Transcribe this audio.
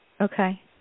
Okay